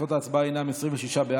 תוצאות ההצבעה הן 26 בעד,